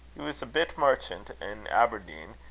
he was a bit merchan' in aberdeen,